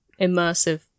immersive